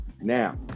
Now